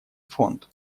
фонд